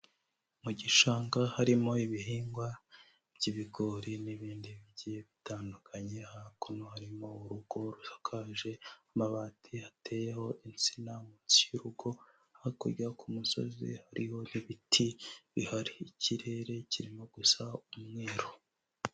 Mu gishanga harimo ibihingwa by'ibigori n'ibindi bigiye bitandukanye, hakuno harimo urugo rusakaje amabati, hateyeho insina munsi y'urugo, hakurya ku musozi hariho ibiti bihari, ikirere kirimo gusa umweru.